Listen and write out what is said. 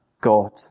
God